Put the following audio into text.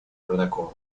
протоколов